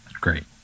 Great